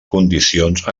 condicions